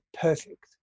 perfect